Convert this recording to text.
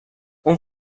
اون